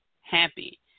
happy